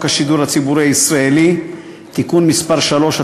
השידור הציבורי הישראלי (תיקון מס' 3),